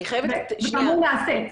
והיא נעשית.